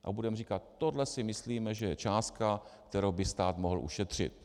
A budeme říkat: Tohle si myslíme, že je částka, kterou by stát mohl ušetřit.